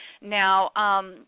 Now –